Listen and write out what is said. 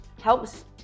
helps